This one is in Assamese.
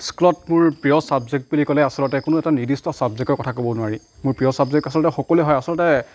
স্কুলত মোৰ প্ৰিয় চাবজেক্ট বুলি ক'লে আচলতে কোনো এটা নিৰ্দিষ্ট চাবজেকৰ কথা ক'ব নোৱাৰি মোৰ প্ৰিয় চাবজেক আচলতে সকলোৱে হয় আচলতে